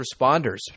responders